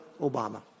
Obama